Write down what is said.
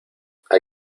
hay